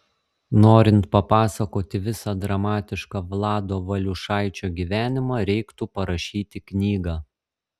norint papasakoti visą dramatišką vlado valiušaičio gyvenimą reiktų parašyti knygą